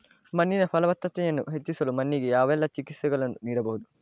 ಮಣ್ಣಿನ ಫಲವತ್ತತೆಯನ್ನು ಹೆಚ್ಚಿಸಲು ಮಣ್ಣಿಗೆ ಯಾವೆಲ್ಲಾ ಚಿಕಿತ್ಸೆಗಳನ್ನು ನೀಡಬಹುದು?